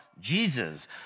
Jesus